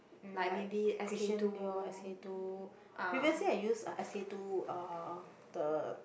um like Christian-Dior S_K-two previously I use uh S_K-two uh the